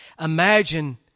Imagine